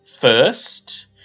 First